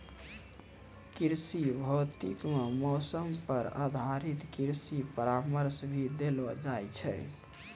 कृषि भौतिकी मॅ मौसम पर आधारित कृषि परामर्श भी देलो जाय छै